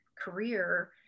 career